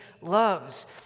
loves